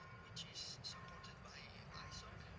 which is supported by isoc,